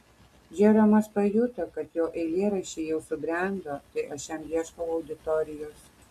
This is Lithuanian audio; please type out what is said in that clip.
džeromas pajuto kad jo eilėraščiai jau subrendo tai aš jam ieškau auditorijos